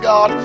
God